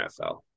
NFL